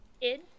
Id